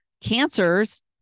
Cancers